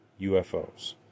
UFOs